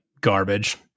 garbage